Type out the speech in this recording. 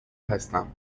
هستم